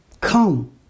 come